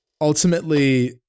ultimately